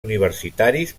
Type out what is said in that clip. universitaris